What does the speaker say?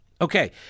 Okay